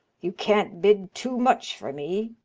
you can't bid too much for me.